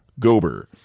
Gober